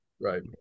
Right